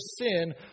sin